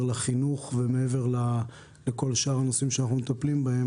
לחינוך ומעבר לכל שאר הנושאים שאנחנו מטפלים בהם,